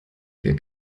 wir